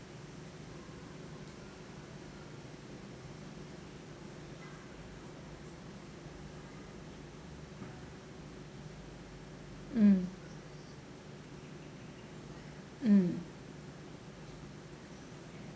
mm mm